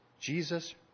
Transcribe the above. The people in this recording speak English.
Jesus